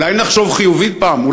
אולי נחשוב חיובי פעם?